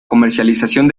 comercialización